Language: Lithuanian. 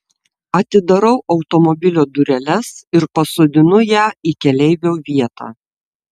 atidarau automobilio dureles ir pasodinu ją į keleivio vietą